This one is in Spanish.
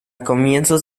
comienzos